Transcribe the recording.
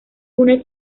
une